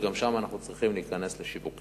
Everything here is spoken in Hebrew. וגם שם אנחנו צריכים להיכנס לשיווק.